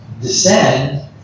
descend